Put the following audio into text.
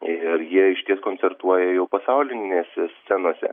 ir jie išties koncertuoja jau pasaulinėse scenose